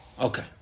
Okay